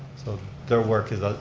so their work is a